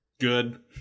Good